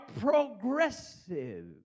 progressive